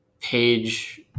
page